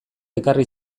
ekarri